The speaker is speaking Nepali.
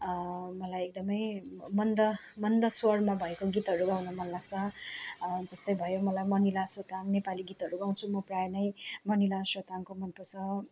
मलाई एकदमै मन्द मन्द स्वरमा भएको गीतहरू गाउन मन लाग्छ जस्तै भयो मलाई मनिला सोताङ नेपाली गीतहरू गाउँछु म प्रायः नै मनिला सोताङको मनपर्छ